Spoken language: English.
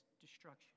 destruction